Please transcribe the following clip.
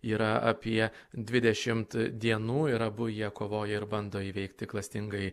yra apie dvidešimt dienų ir abu jie kovoja ir bando įveikti klastingąjį